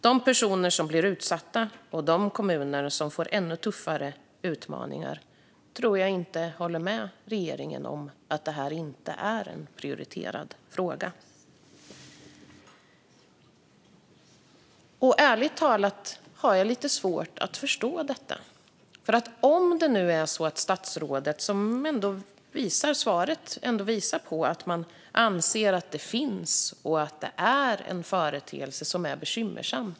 De personer som blir utsatta och de kommuner som får ännu tuffare utmaningar tror jag inte håller med regeringen om att det här inte är en prioriterad fråga. Ärligt talat har jag lite svårt att förstå detta. Statsrådets svar visar på att man anser att företeelsen finns och att den är bekymmersam.